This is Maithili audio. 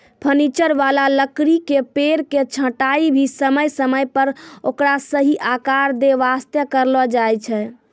फर्नीचर वाला लकड़ी के पेड़ के छंटाई भी समय समय पर ओकरा सही आकार दै वास्तॅ करलो जाय छै